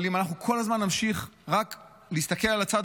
אבל אם אנחנו כל הזמן נמשיך רק להסתכל על הצד